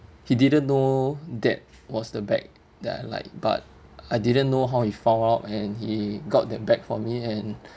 he didn't know that was the bag that I like but I didn't know how he found out and he got that bag for me and